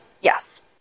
Yes